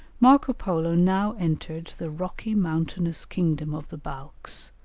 marco polo now entered the rocky mountainous kingdom of the balkhs,